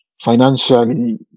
financially